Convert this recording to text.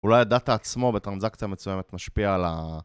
אולי הדאטה עצמו בטרנזקציה מסוימת משפיע על ה...